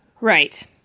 Right